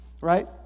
Right